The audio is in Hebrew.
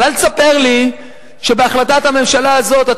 אבל אל תספר לי שבהחלטת הממשלה הזו אתה